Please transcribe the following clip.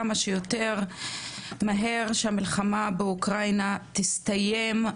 כמה שיותר מהר שהמלחמה באוקראינה תסתיים,